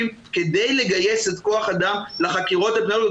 כדי לגייס כוח אדם לחקירות אפידמיולוגיות?